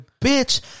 Bitch